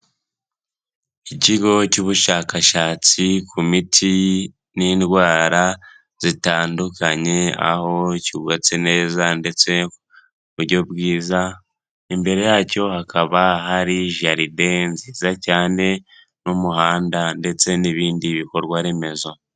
Ikigo cy'ubushakashatsi ku miti n'indwara zitandukanye aho cyubatse neza ndetse ku buryo bwiza, imbere yacyo hakaba hari jaride nziza cyane n'umuhanda ndetse n'ibindi bikorwa remezo.